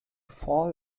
fall